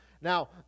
Now